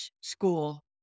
school